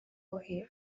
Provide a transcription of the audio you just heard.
ohio